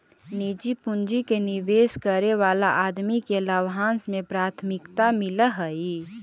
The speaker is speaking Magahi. निजी पूंजी के निवेश करे वाला आदमी के लाभांश में प्राथमिकता मिलऽ हई